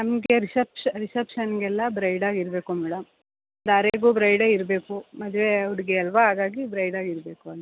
ನಮಗೆ ರಿಸೆಪ್ಷ ರಿಸೆಪ್ಷನ್ನಿಗೆಲ್ಲ ಬ್ರೈಡಾಗಿರಬೇಕು ಮೇಡಮ್ ಧಾರೆಗೂ ಬ್ರೈಡೇ ಇರಬೇಕು ಮದುವೆ ಹುಡುಗಿ ಅಲ್ಲವಾ ಹಾಗಾಗಿ ಬ್ರೈಡಾಗಿರಬೇಕು ಅಂತ